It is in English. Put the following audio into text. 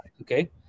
okay